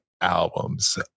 albums